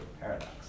paradox